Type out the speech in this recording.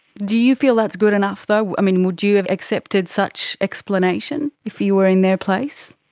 do you feel that's good enough though, would you have accepted such explanation if you were in their place?